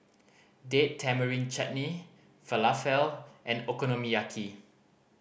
Date Tamarind Chutney Falafel and Okonomiyaki